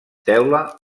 teula